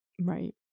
right